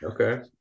okay